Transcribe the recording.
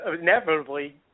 inevitably